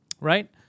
right